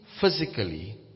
physically